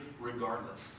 regardless